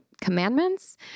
commandments